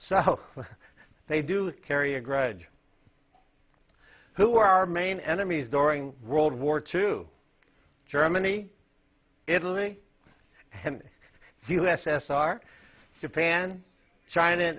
so they do carry a grudge who are our main enemies during world war two germany italy and u s s r japan china